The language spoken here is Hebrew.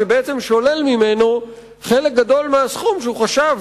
שבעצם שולל ממנו חלק גדול מהסכום שהוא חשב